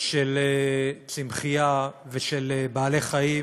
של צמחייה ושל בעלי חיים